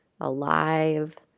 alive